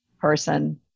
person